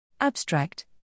Abstract